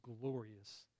glorious